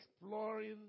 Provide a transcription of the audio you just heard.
exploring